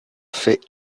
fait